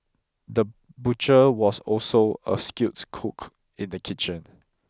the butcher was also a skilled cook in the kitchen